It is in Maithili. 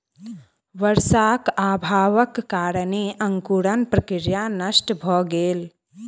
वर्षाक अभावक कारणेँ अंकुरण प्रक्रिया नष्ट भ गेल